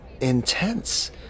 intense